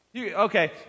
Okay